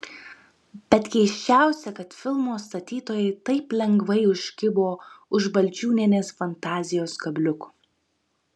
bet keisčiausia kad filmo statytojai taip lengvai užkibo už balčiūnienės fantazijos kabliuko